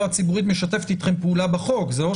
זה כרגע לא